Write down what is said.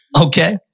Okay